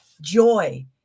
joy